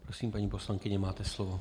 Prosím, paní poslankyně, máte slovo.